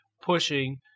pushing